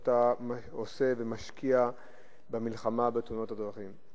שאתה עושה ומשקיע במלחמה בתאונות הדרכים.